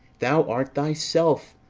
thou art thyself,